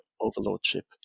overlordship